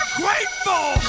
grateful